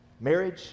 marriage